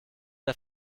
der